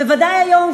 בוודאי היום,